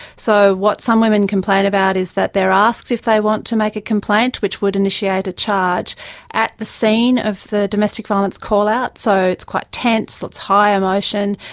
so what some women complain about is that they are asked if they want to make a complaint which would initiate a charge at the scene of the domestic violence callout, so it's quite tense, it's high emotion,